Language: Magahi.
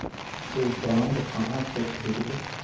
तु बॉन्ड कहा से खरीदलू?